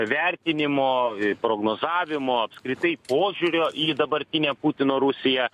vertinimo prognozavimo apskritai požiūrio į dabartinę putino rusiją